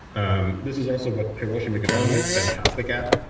um this is also what hiroshi mikitani is fantastic at.